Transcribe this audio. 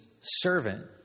servant